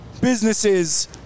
businesses